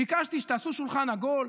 ביקשתי שתעשו שולחן עגול,